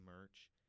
merch